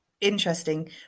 Interesting